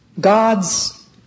God's